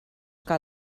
que